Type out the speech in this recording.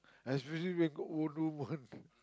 especially if got older ones